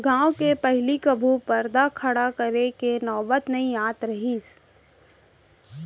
गॉंव म पहिली कभू परदा खड़ा करे के नौबत नइ आत रहिस